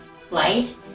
flight